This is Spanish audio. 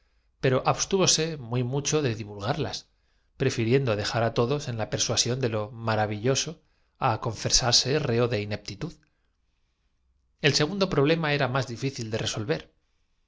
pero abstúvose muy mucho de recimientos en vida divulgarlas prefiriendo dejar á todos en la persuasión ay argüyó juanita pues lo que es ustedes de lo maravilloso á confesarse reo de ineptitud dos por lo chinches que han sido con nosotros van á el segundo problema era más difícil de resolver